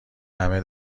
همه